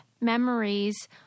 memories